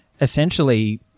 Essentially